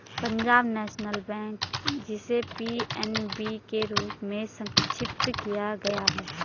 Punjab national bank, जिसे PNB के रूप में संक्षिप्त किया गया है